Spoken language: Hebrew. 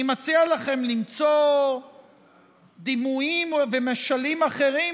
אני מציע לכם למצוא דימויים ומשלים אחרים